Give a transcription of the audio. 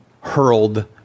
hurled